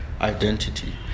identity